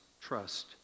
trust